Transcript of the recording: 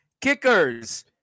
Kickers